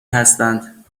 هستند